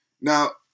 Now